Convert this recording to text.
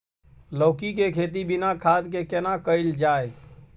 लौकी के खेती बिना खाद के केना कैल जाय?